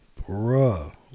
Bruh